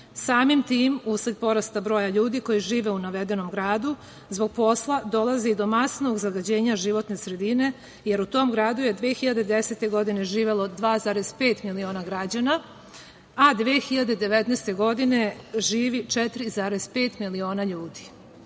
Samim tim, usled porasta broja ljudi koji žive u navedenom gradu zbog posla dolazi i do masivnog zagađenja životne sredine, jer u tom gradu je 2010. godine živelo 2,5 miliona građana, a 2019. godini živi 4,5 miliona ljudi. Kao